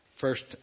First